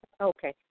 okay